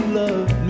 love